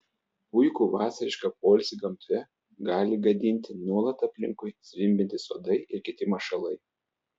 puikų vasarišką poilsį gamtoje gali gadinti nuolat aplinkui zvimbiantys uodai ir kiti mašalai